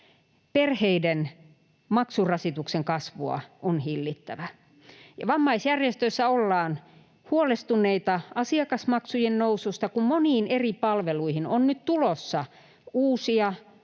Perheiden maksurasituksen kasvua on hillittävä, ja vammaisjärjestöissä ollaan huolestuneita asiakasmaksujen noususta, kun moniin eri palveluihin on nyt tulossa uusia tai